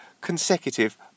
consecutive